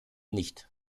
nicht